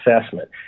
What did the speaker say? assessment